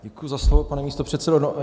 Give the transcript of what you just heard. Děkuji za slovo, pane místopředsedo.